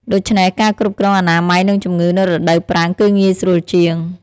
ដូច្នេះការគ្រប់គ្រងអនាម័យនិងជំងឺនៅរដូវប្រាំងគឺងាយស្រួលជាង។